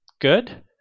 good